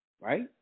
Right